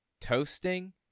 toasting